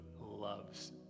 loves